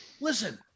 Listen